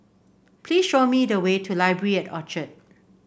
please show me the way to Library at Orchard